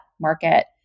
market